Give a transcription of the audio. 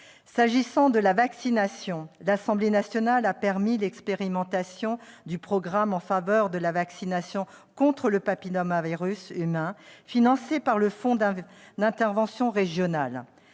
S'agissant de la vaccination, l'Assemblée nationale a permis l'expérimentation du programme en faveur de la vaccination contre le papillomavirus humain, financé par le fonds d'intervention régional.